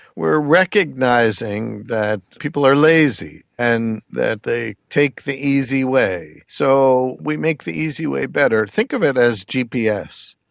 we are recognising that people are lazy and that they take the easy way. so we make the easy way better. think of it as gps.